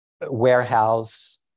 warehouse